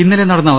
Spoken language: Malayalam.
ഇന്നലെ നടന്ന അവ